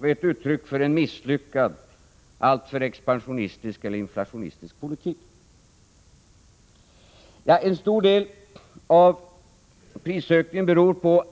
Vad är ett uttryck för en misslyckad, alltför expansionistisk eller inflationistisk politik? En stor del av prisökningen beror på